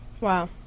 Wow